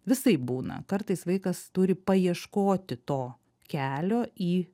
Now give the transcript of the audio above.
visaip būna kartais vaikas turi paieškoti to kelio į